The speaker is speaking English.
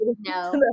no